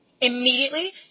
immediately